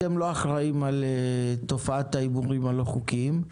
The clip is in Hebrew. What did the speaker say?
אתם לא אחראים על תופעת ההימורים הבלתי חוקיים.